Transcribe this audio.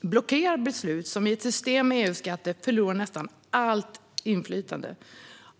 blockera beslut men som i ett system med EU-skatter förlorar nästan allt inflytande.